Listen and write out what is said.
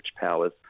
powers